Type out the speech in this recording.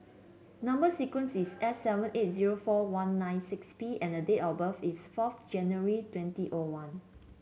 number sequence is S seven eight zero four one nine six P and date of birth is fourth January twenty O one